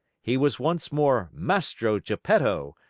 he was once more mastro geppetto,